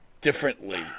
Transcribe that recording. differently